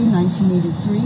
1983